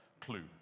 Clue